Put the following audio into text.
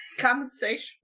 Compensation